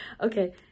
okay